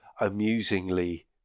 amusingly